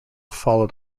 followed